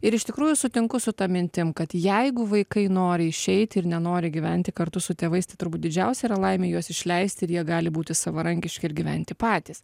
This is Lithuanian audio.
ir iš tikrųjų sutinku su ta mintim kad jeigu vaikai nori išeiti ir nenori gyventi kartu su tėvais tai turbūt didžiausia yra laimė juos išleisti ir jie gali būti savarankiški ir gyventi patys